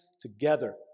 together